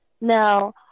Now